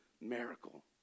miracle